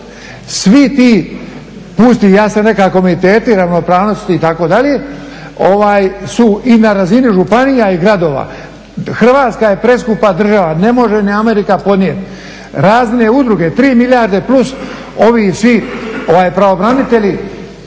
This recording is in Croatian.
svi ti pusti ja sa rekao komiteti, ravnopravnosti itd. su i na razini županija i gradova. Hrvatska je preskupa država, ne može ni Amerika podnijeti. Razne udruge 3 milijarde plus ovih svih pravobranitelji,